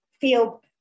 feel